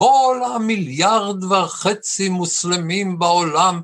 כל המיליארד וחצי מוסלמים בעולם